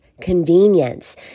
Convenience